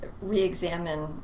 re-examine